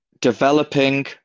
developing